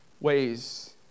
ways